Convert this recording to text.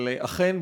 אבל אכן,